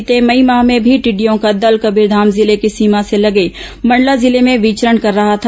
बीते मई माह में भी टिडिडयों का दल कबीरधाम जिले की सीमा से लगे मंडला जिले में विचरण कर रहा था